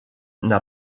n’a